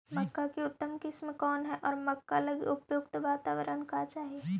मक्का की उतम किस्म कौन है और मक्का लागि उपयुक्त बाताबरण का चाही?